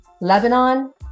Lebanon